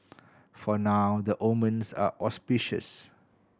for now the omens are auspicious